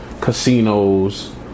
casinos